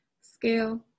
scale